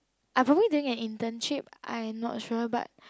I probably doing an internship I'm not sure but